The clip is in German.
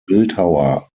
bildhauer